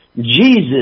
Jesus